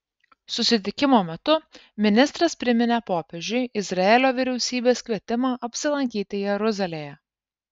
susitikimo metu ministras priminė popiežiui izraelio vyriausybės kvietimą apsilankyti jeruzalėje